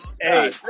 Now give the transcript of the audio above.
hey